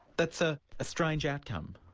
that's a ah strange outcome.